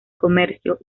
comercio